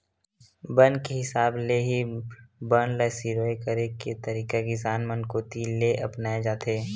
बन के हिसाब ले ही बन ल सिरोय करे के तरीका किसान मन कोती ले अपनाए जाथे